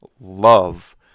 love